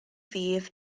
ddydd